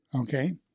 Okay